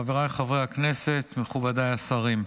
חבריי חברי הכנסת, מכובדיי השרים,